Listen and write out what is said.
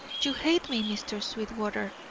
you hate me, mr. sweetwater.